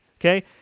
okay